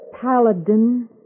paladin